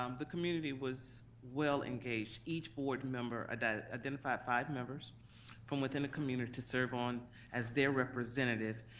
um the community was well engaged. each board member identified five members from within a community to serve on as their representative,